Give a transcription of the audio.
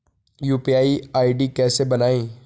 UPI ID कैसे बनायें?